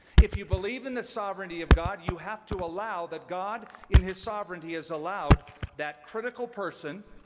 if you believe in the sovereignty of god, you have to allow that god in his sovereignty has allowed that critical person,